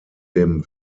dem